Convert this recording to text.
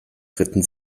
ritten